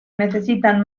necesitan